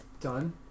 done